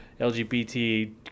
lgbt